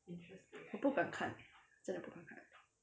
我不敢看真的不敢看